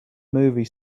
movie